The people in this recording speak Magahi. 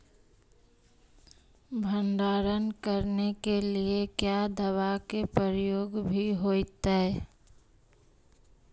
भंडारन करने के लिय क्या दाबा के प्रयोग भी होयतय?